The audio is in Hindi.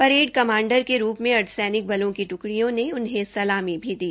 परेड कमांडर के रूप में अर्धसैनिक बलों की टुकडियों ने उनहें सलामी भी दी